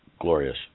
glorious